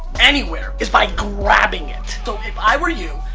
anywhere, is by grabbing it. so if i were you,